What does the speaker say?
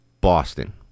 Boston